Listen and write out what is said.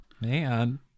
Man